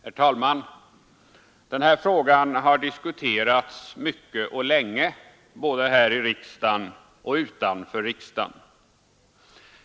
Herr talman! Denna fråga har diskuterats mycket och länge både här i riksdagen och utanför riksdagen.